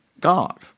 God